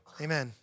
amen